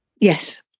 Yes